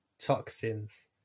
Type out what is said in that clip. toxins